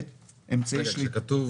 כשכתוב